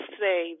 say